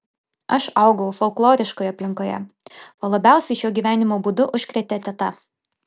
aš augau folkloriškoje aplinkoje o labiausiai šiuo gyvenimo būdu užkrėtė teta